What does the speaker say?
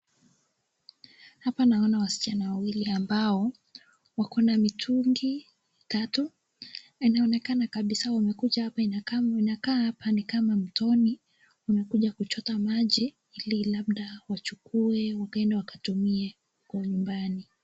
Hapa naona wasichana wawili ambao wana mitungi tatu, inaonekana kabisa wamekuja inakaa hapa ni kama mtoni, wamekuja kuchota maji, ili labda wachukuwe wakaenda wakatumie huko nyumbani.